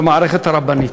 למערכת הרבנית,